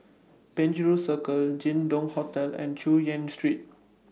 Penjuru Circle Jin Dong Hotel and Chu Yen Street